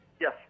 yes